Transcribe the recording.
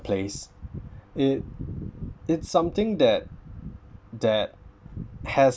place it it's something that that has